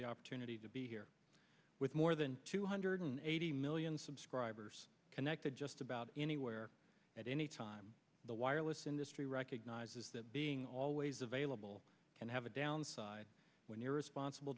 the opportunity to be here with more than two hundred eighty million subscribers connected just about anywhere at any time the wireless industry recognizes that being always available can have a downside when you're responsible